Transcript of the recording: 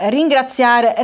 ringraziare